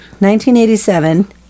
1987